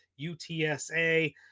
UTSA